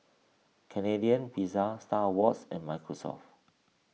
Canadian Pizza Star Awards and Microsoft